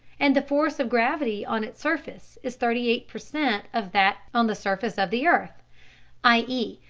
and the force of gravity on its surface is thirty eight per cent of that on the surface of the earth i e,